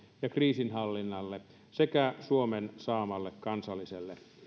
ja kriisinhallinnalle sekä suomen saamalle kansalliselle